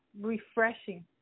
refreshing